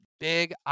Big